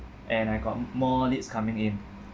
and I got more leads coming in